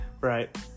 right